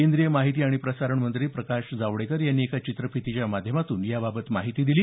केंद्रीय माहिती आणि प्रसारण मंत्री प्रकाश जावडेकर यांनी एका चित्रफितीच्या माध्यमातून याबाबत माहिती दिली